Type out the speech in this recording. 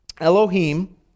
Elohim